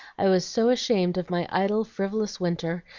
i was so ashamed of my idle, frivolous winter,